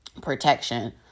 protection